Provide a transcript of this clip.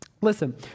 Listen